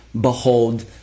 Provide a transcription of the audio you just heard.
behold